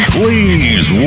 please